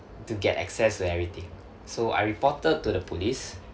to get access to everything so I reported to the police